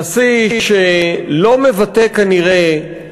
נשיא שלא מבטא, כנראה,